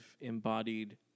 embodied